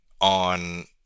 on